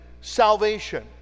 salvation